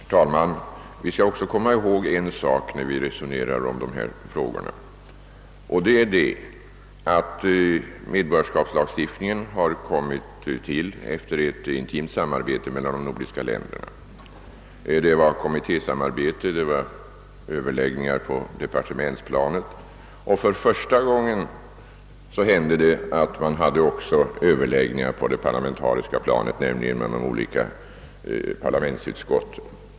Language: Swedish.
Herr talman! Vi skall också komma ihåg en annan sak när vi resonerar om dessa frågor. Det är att medborgarskapslagstiftningen har kommit till efter ett intimt samarbete mellan de nordiska länderna. Det var kommittésamarbete, det var överläggningar på departementsplanet, och för första gången hände det att man också hade överläggningar på det parlamentariska planet, nämligen mellan de olika parlamentsutskotten.